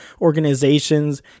organizations